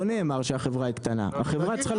לא נאמר שהחברה הקטנה החברה צריכה לצאת מהשוק,